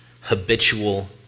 habitual